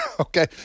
Okay